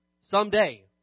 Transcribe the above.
someday